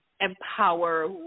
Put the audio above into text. empower